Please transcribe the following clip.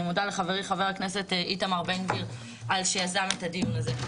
אני מודה לחברי חבר הכנסת איתמר בן גביר על שיזם את הדיון הזה.